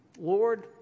Lord